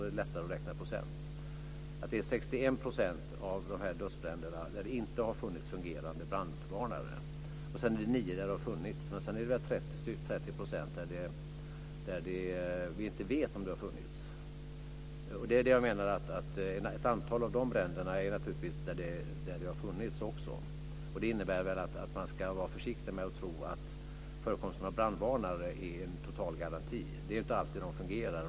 Det är ju bra att det är 100 dödsbränder på det sättet att det då är lättare att räkna i procent. Sedan är det 9 % där det har funnits brandvarnare. Men sedan är det 30 % där man inte vet om det har funnits. Jag menar alltså att i ett antal av de bränderna har det naturligtvis också funnits brandvarnare. Det innebär att man ska vara försiktigt med att tro att förekomsten av brandvarnare är en total garanti. Det är inte alltid som de fungerar.